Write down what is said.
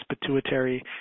pituitary